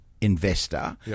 investor